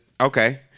Okay